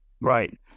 Right